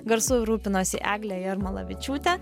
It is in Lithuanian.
garsu rūpinosi eglė jarmalavičiūtė